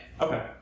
Okay